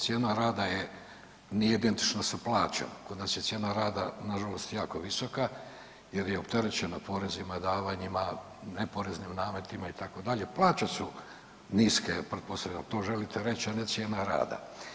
Cijena rada je, nije identična sa plaćom, kod nas je cijena rada nažalost jako visoka jer je opterećena porezima, davanjima, neporeznim nametima, itd., plaće su niske, pretpostavljam, to želite reći, a ne cijena rada.